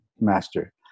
Master